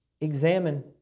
Examine